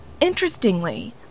Interestingly